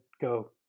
go